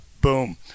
boom